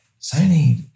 Sony